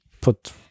put